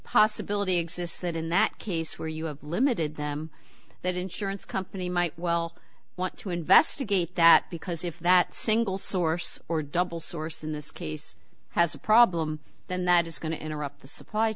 possibility exists that in that case where you have limited them that insurance company might well want to investigate that because if that single source or double source in this case has a problem then that is going to interrupt the supply